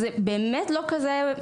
זה באמת לא כזה מורכב.